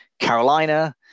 Carolina